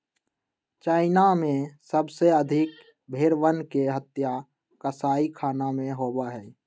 China में सबसे अधिक भेंड़वन के हत्या कसाईखाना में होबा हई